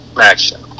action